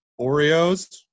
Oreos